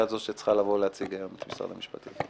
שאת זו שצריכה לבוא לייצג היום את משרד המשפטים.